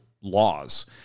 laws